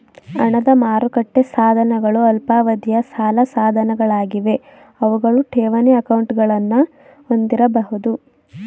ಹಣದ ಮಾರುಕಟ್ಟೆ ಸಾಧನಗಳು ಅಲ್ಪಾವಧಿಯ ಸಾಲ ಸಾಧನಗಳಾಗಿವೆ ಅವುಗಳು ಠೇವಣಿ ಅಕೌಂಟ್ಗಳನ್ನ ಹೊಂದಿರಬಹುದು